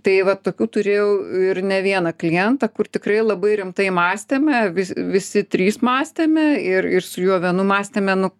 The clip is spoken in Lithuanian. tai va tokių turėjau ir ne vieną klientą kur tikrai labai rimtai mąstėme vis visi trys mąstėme ir ir su juo vienu mąstėme nu